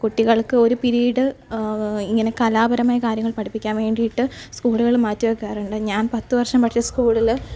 കുട്ടികൾക്ക് ഒരു പീരീഡ് ഇങ്ങനെ കലാപരമായ കാര്യങ്ങൾ പഠിപ്പിക്കാൻ വേണ്ടിയിട്ട് സ്കൂളുകളിൽ മാറ്റിവയ്ക്കാറുണ്ട് ഞാൻ പത്ത് വർഷം പഠിച്ച സ്കൂളിൽ